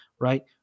Right